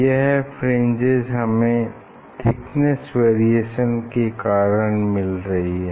यह फ्रिंजेस हमें thickness variation के कारण मिल रही हैं